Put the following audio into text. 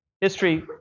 History